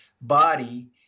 body